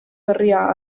berria